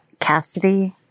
Cassidy